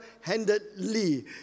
handedly